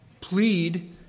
Plead